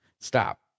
Stop